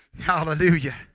Hallelujah